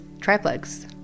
triplex